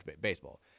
baseball